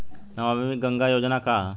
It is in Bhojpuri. नमामि गंगा योजना का ह?